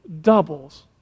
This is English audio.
doubles